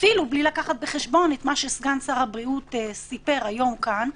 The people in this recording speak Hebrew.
אפילו בלי להביא בחשבון את מה שסגן שר הבריאות סיפר היום כאן,